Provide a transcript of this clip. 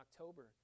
october